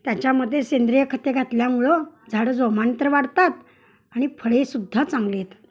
त्याच्यामध्ये सेंद्रिय खते घातल्यामुळं झाडं जोमानं तर वाढतात आणि फळे सुद्धा चांगली येतात